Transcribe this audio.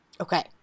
Okay